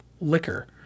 liquor